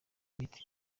imiti